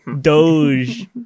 Doge